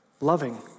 Loving